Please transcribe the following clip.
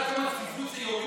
את יודעת כמה צפיפות זה יוריד,